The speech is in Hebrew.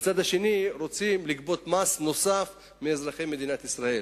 ומצד שני רוצים לגבות מס נוסף מאזרחי מדינת ישראל.